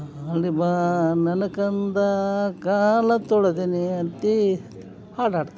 ಆಡಿ ಬಾ ನನ್ನ ಕಂದ ಕಾಲ ತೊಳೆದೇನಿ ಅಂತಿ ಹಾಡು ಹಾಡ್ತಾರ